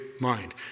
mind